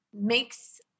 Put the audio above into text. makes